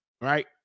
right